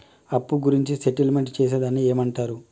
అప్పు గురించి సెటిల్మెంట్ చేసేదాన్ని ఏమంటరు?